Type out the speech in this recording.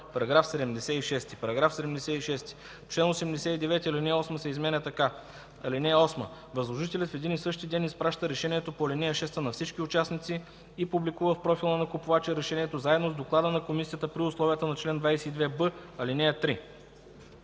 § 76: „§ 76. В чл. 89 ал. 8 се изменя така: „(8) Възложителят в един и същи ден изпраща решението по ал. 6 на всички участници и публикува в профила на купувача решението, заедно с доклада на комисията при условията на чл. 22б, ал. 3.”